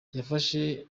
yafashe